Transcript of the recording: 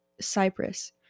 Cyprus